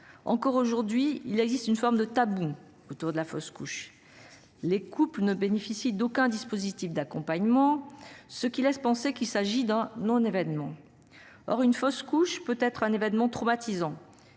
Encore aujourd'hui, il existe une forme de tabous autour de la fausse couche. Les couples ne bénéficient d'aucun dispositif d'accompagnement, ce qui laisse penser qu'il s'agit d'un non événement. Or une fausse couche, peut être un événement traumatisant.